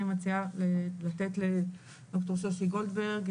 אני מציעה לתת לדוקטור שושי גולדברג,